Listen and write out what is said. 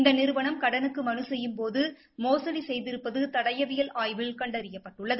இந்த நிறுவனம் கடனுக்கு மனு செய்யும்போது மோகடி செய்திருப்பது தடயவியல் ஆய்வில் கண்டறியப்பட்டுள்ளது